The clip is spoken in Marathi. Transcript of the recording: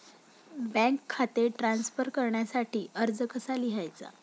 बँक खाते ट्रान्स्फर करण्यासाठी अर्ज कसा लिहायचा?